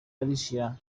alicia